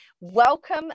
Welcome